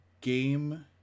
game